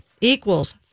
equals